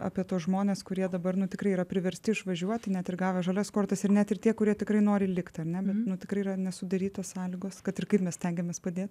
apie tuos žmones kurie dabar nu tikrai yra priversti išvažiuoti net ir gavę žalias kortas ir net ir tie kurie tikrai nori likt ar ne bet nu tikrai yra nesudarytos sąlygos kad ir kaip mes stengiamės padėt